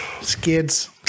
Skids